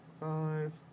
five